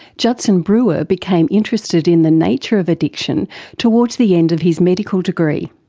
judson brewer became interested in the nature of addiction towards the end of his medical degree.